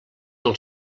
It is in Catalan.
del